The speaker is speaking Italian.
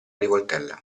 rivoltella